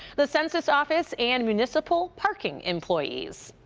the census office and municipal parking employees.